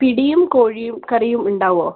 പിടിയും കോഴിയും കറിയും ഉണ്ടാകുമോ